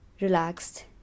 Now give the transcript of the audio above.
relaxed